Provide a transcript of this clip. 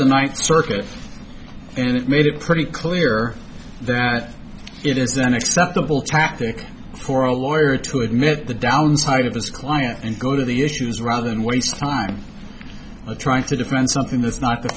the night circuit and it made it pretty clear that it is an acceptable tactic for a lawyer to admit the downside of his client and go to the issues rather than waste time trying to defend something that's not the